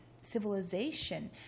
civilization